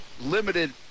Limited